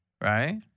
right